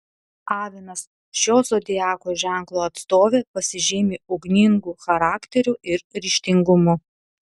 avinas šio zodiako ženklo atstovė pasižymi ugningu charakteriu ir ryžtingumu